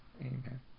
Amen